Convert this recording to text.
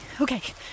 okay